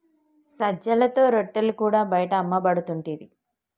సజ్జలతో రొట్టెలు కూడా బయట అమ్మపడుతుంటిరి